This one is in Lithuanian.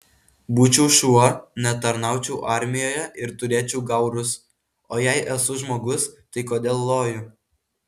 būčiau šuo netarnaučiau armijoje ir turėčiau gaurus o jei esu žmogus tai kodėl loju